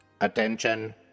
Attention